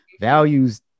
Values